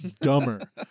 dumber